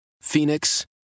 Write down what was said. Phoenix